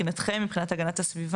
מבחינתכם, מבחינת המשרד להגנת הסביבה,